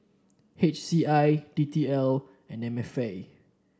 H C I D T L and M F A